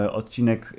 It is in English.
odcinek